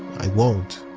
i won't.